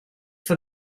for